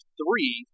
three